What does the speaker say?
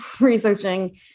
researching